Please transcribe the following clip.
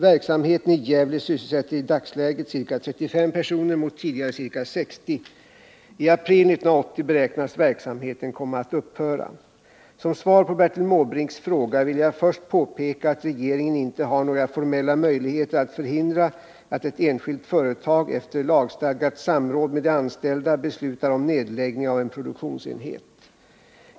Verksamheten i Gävle sysselsätter i dagsläget ca 35 personer mot tidigare ca 60. I april 1980 beräknas verksamheten komma att upphöra. Som svar på Bertil Måbrinks fråga vill jag först påpeka att regeringen inte har några formella möjligheter att förhindra att ett enskilt företag, efter lagstadgat samråd med de anställda, beslutar om nedläggning av en produktionsenhet.